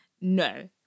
no